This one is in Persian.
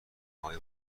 های